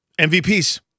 MVPs